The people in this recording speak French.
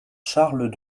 charles